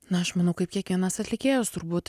na aš manau kad kiekvienas atlikėjas turbūt